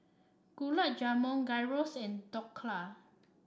Gulab Jamun Gyros and Dhokla